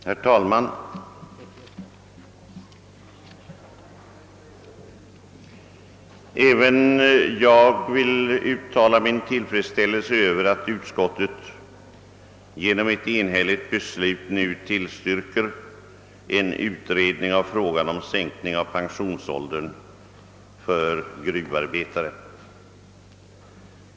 Herr talman! Även jag vill uttala min tillfredsställelse över att utskottet genom ett enhälligt beslut nu tillstyrker en utredning av frågan om en sänkning av pensionsåldern för gruvarbetare.